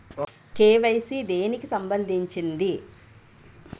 KYC దేనికి సంబందించింది?